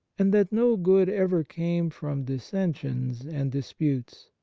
and that no good ever came from dissensions and dis putes.